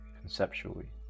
conceptually